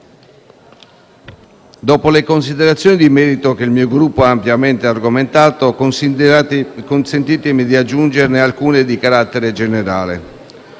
dopo le considerazioni di merito che il mio Gruppo ha ampiamente argomentato, consentitemi di aggiungerne alcune di carattere generale.